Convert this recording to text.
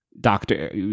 doctor